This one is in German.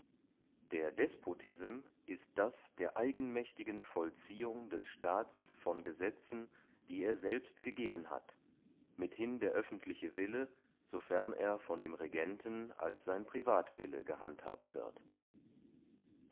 der despotism ist das der eigenmächtigen vollziehung des staats von gesetzen die er selbst gegeben hat mithin der öffentliche wille sofern er von dem regenten als sein privatwille gehandhabt wird